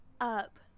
up